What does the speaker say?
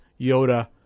Yoda